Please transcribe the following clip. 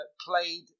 played